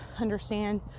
understand